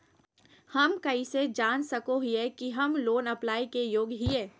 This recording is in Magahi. हम कइसे जान सको हियै कि हम लोन अप्लाई के योग्य हियै?